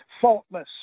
faultless